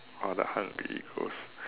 ah the hungry ghost